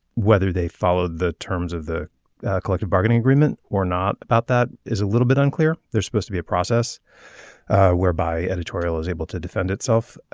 whether they followed the terms of the collective bargaining agreement or not about that is a little bit unclear. they're supposed to be a process whereby editorial is able to defend itself.